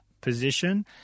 position